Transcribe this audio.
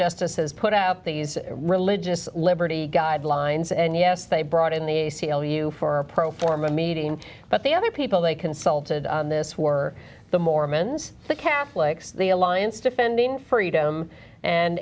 justice has put out these religious liberty guidelines and yes they brought in the a c l u for a pro forma meeting but the other people they consulted on this were the mormons the catholics the alliance defending freedom and